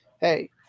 hey